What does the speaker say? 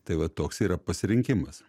tai va toks yra pasirinkimas